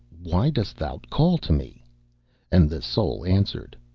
why dost thou call to me and the soul answered,